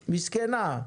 מסכנה.